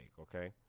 okay